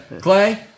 Clay